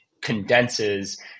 condenses